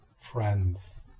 friends